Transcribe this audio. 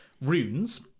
runes